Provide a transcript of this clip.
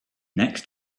next